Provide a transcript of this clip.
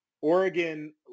Oregon –